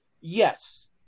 Yes